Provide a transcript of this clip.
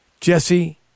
Jesse